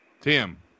Tim